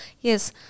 yes